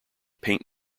paint